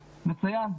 מצוין,